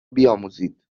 بیاموزید